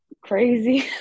crazy